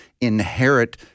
inherit